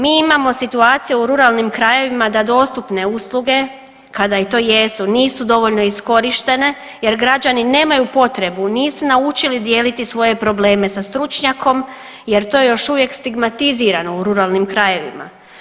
Mi imamo situacije u ruralnim krajevima da dostupne usluge kada i to jesu nisu dovoljno iskorištene, jer građani nemaju potrebu, nisu naučili dijeliti svoje probleme sa stručnjakom, jer to je još uvijek stigmatizirano u ruralnim krajevima.